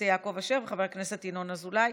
יעקב אשר וחבר הכנסת ינון אזולאי,